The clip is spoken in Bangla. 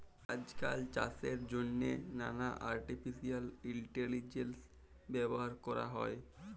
আইজকাল চাষের জ্যনহে লালা আর্টিফিসিয়াল ইলটেলিজেলস ব্যাভার ক্যরা হ্যয়